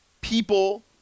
people